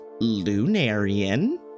Lunarian